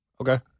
Okay